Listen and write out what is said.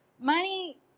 Money